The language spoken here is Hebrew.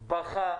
בכה,